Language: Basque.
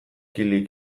kili